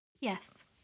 Yes